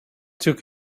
took